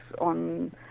on